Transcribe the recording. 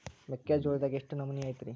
ಮೆಕ್ಕಿಜೋಳದಾಗ ಎಷ್ಟು ನಮೂನಿ ಐತ್ರೇ?